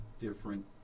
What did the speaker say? different